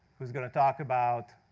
who's going to talk about,